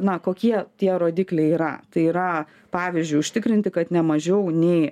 na kokie tie rodikliai yra tai yra pavyzdžiui užtikrinti kad ne mažiau nei